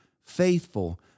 faithful